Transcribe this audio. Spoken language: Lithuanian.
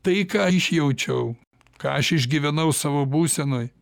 tai ką išjaučiau ką aš išgyvenau savo būsenoj